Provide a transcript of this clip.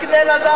רק כדי לדעת.